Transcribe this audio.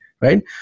right